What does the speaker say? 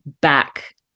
back